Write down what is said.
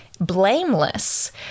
blameless